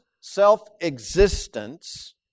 self-existence